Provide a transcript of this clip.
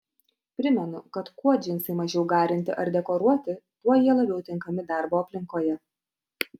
primenu kad kuo džinsai mažiau garinti ar dekoruoti tuo jie labiau tinkami darbo aplinkoje